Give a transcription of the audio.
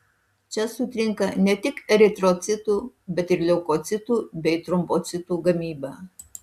čia sutrinka ne tik eritrocitų bet ir leukocitų bei trombocitų gamyba